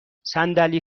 صندلی